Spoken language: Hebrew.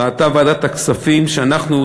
ראתה ועדת הכספים שאנחנו,